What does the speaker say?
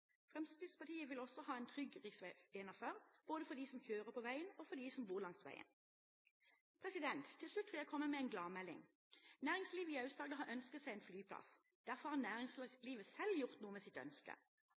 Fremskrittspartiet vil også ha en trygg rv. 41, både for dem som kjører på veien, og for dem som bor langs veien. Til slutt vil jeg komme med en gladmelding. Næringslivet i Aust-Agder har ønsket seg en flyplass. Derfor har